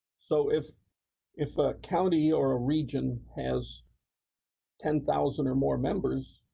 so if if a county or a region has ten thousand or more members,